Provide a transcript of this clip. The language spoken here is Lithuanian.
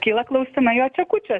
kyla klausimai jo čekučiuos